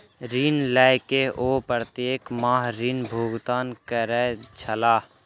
ऋण लय के ओ प्रत्येक माह ऋण भुगतान करै छलाह